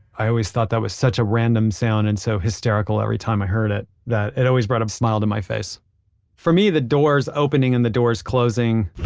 i always thought that was such a random sound and so hysterical every time i heard it, that it always brought a smile to my face for me, the doors opening and doors closing